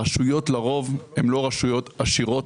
הרשויות לרוב הן לא רשויות עשירות.